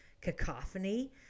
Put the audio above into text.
cacophony